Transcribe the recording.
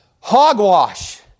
hogwash